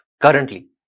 currently